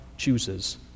chooses